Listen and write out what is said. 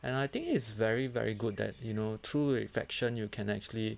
and I think is very very good that you know through refection you can actually